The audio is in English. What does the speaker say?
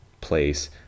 place